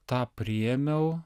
tą priėmiau